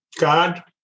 God